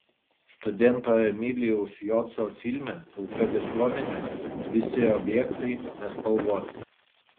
studento emilijaus joco filme pilka visuomenė visi objektai nespalvoti